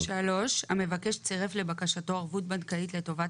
(3)המבקש צירף לבקשתו ערבות בנקאית לטובת